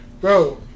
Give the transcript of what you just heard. Bro